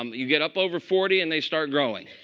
um you get up over forty, and they start growing.